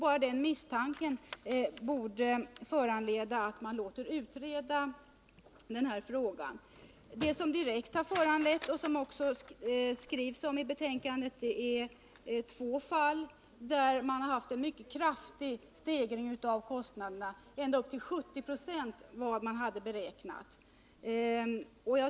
Bara den misstanken borde föranleda att man låter utreda frågan. Vad som direkt har föranlett oss att ta upp frågan och som det också skrivs om i betänkandet är två fall där man haft en mycket kraftig stegring av kostnaderna — ändå upp till 70 26 mer än man hade beräknat.